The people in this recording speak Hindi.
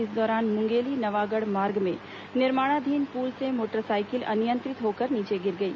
इस दौरान मुंगेली नवागढ़ मार्ग में निर्माणाधीन पुल से मोटरसाइकिल अनियंत्रित होकर नीचे गिर गई